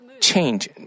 change